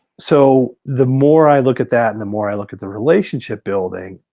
so the more i look at that and the more i look at the relationship building,